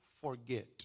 forget